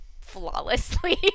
flawlessly